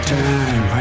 time